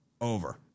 Over